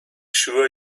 sure